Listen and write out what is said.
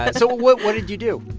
but so what what did you do?